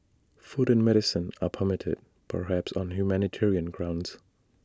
food and medicine are permitted perhaps on humanitarian grounds